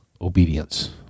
obedience